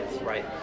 right